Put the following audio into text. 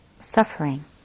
suffering